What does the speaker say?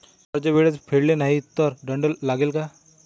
कर्ज वेळेत फेडले नाही तर दंड लागेल का?